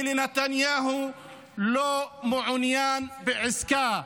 ונתניהו לא מעוניין בעסקה.